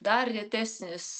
dar retesnis